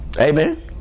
Amen